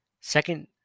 second